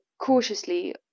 cautiously